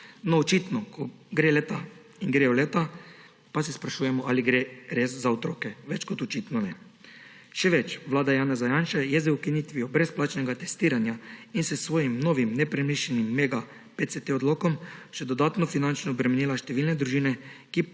No, očitno, ko gredo leta, pa se sprašujemo, ali gre res za otroke. Več kot očitno ne. Še več, vlada Janeza Janše je z ukinitvijo brezplačnega testiranja in s svojim novim nepremišljenim mega PCT odlokom še dodatno finančno obremenila številne družine, ki